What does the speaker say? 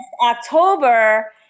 October